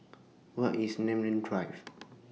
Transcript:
Where IS Namly Drive